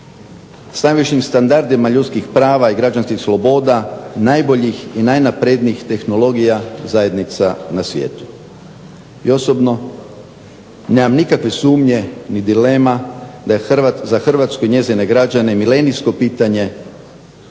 s najvišim standardima ljudskih prava i građanskih sloboda, najboljih i najnaprednijih tehnologija zajednica na svijetu. Ja osobno nemam nikakve sumnje ni dilema da je za Hrvatsku i njezine građane milenijsko pitanje